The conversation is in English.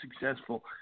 successful